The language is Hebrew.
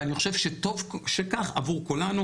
ואני חושב שטוב שכך עבור כולנו.